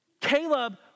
Caleb